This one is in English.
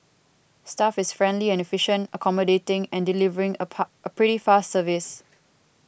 staff is friendly and efficient accommodating and delivering a pa pretty fast service